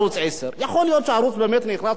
יכול להיות שהערוץ באמת נכנס לגירעון.